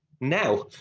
now